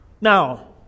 Now